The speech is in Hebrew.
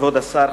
כבוד השר,